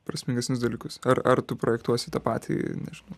prasmingesnius dalykus ar ar tu projektuosi tą patį nežinau